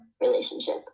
relationship